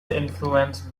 influenced